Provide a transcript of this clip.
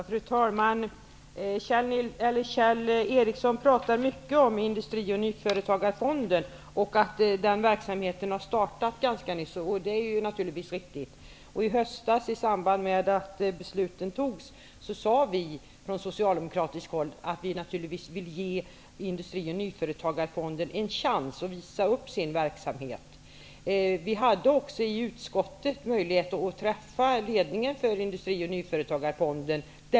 Fru talman! Kjell Ericsson pratar mycket om Industri och nyföretagarfonden och om att verksamheten har startat ganska nyligen. Det är naturligtvis riktigt. I höstas i samband med att besluten fattades sade vi från socialdemokratiskt håll att vi naturligtvis ville ge Industri och nyföretagarfonden en chans att visa upp sin verksamhet. Utskottet hade också möjlighet att träffa företrädare för Industri och nyföretagarfonden.